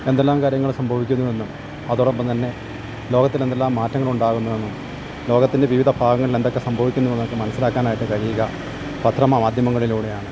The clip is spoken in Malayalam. എന്തെല്ലാം കാര്യങ്ങള് സംഭവിക്കുന്നുവെന്നും അതോടൊപ്പം തന്നെ ലോകത്തിനെന്തെല്ലാം മാറ്റങ്ങളുണ്ടാകുന്നതെന്നും ലോകത്തിൻ്റെ വിവിധ ഭാഗങ്ങളിൽ എന്തെക്കെ സംഭവിക്കുന്നൂ എന്നൊക്കെ മനസ്സിലാക്കാനായിട്ട് കഴിയുക പത്രമ മാധ്യമങ്ങളിലൂടെയാണ്